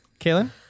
Kaylin